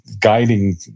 guiding